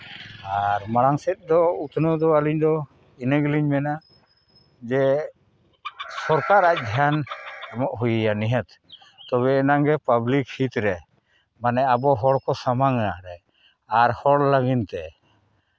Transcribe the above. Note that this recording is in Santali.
ᱟᱨ ᱢᱟᱲᱟᱝ ᱥᱮᱫ ᱫᱚ ᱩᱛᱱᱟᱹᱣ ᱫᱚ ᱟᱹᱞᱤᱧ ᱫᱚ ᱤᱱᱟᱹ ᱜᱮᱞᱤᱧ ᱢᱮᱱᱟ ᱡᱮ ᱥᱚᱨᱠᱟᱨ ᱟᱡ ᱫᱷᱮᱭᱟᱱ ᱮᱢᱚᱜ ᱦᱩᱭ ᱟᱭᱟ ᱱᱤᱦᱟᱹᱛ ᱛᱚᱵᱮ ᱮᱱᱟᱝ ᱜᱮ ᱯᱟᱵᱽᱞᱤᱠ ᱦᱤᱛ ᱨᱮ ᱢᱟᱱᱮ ᱟᱵᱚ ᱦᱚᱲ ᱠᱚ ᱥᱟᱢᱟᱝ ᱨᱮ ᱟᱨ ᱦᱚᱲ ᱞᱟᱹᱜᱤᱫ ᱛᱮ